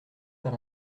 par